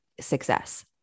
success